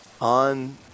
on